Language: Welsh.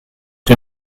dwi